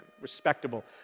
respectable